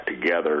together